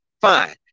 fine